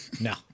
no